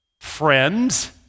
friends